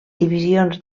divisions